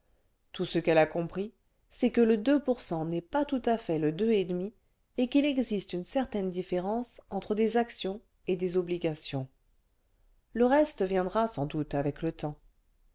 tout ce qu'elle a compris c'est que le pour n'est pas tout à fait le et qu'il existe une certaine différence entre des actions et des obligations le reste viendra sans doute avec le temps